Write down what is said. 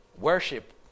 worship